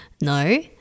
no